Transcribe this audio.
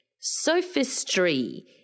Sophistry